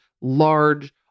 large